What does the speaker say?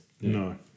No